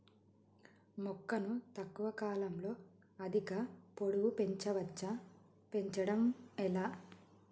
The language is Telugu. మొక్కను తక్కువ కాలంలో అధిక పొడుగు పెంచవచ్చా పెంచడం ఎలా?